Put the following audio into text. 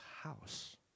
house